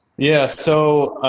yeah. so,